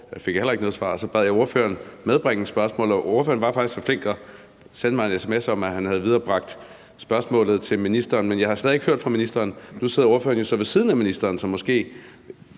jeg heller ikke noget svar. Så bad jeg ordføreren viderebringe spørgsmålet, og ordføreren var faktisk så flink at sende mig en sms om, at han havde viderebragt spørgsmålet til ministeren, men jeg har stadig væk ikke hørt fra ministeren. Nu sidder ordføreren jo så ved siden af ministeren, så måske